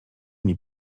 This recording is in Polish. nie